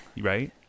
right